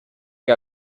que